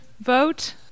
vote